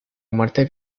muerte